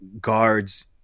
guards